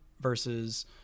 versus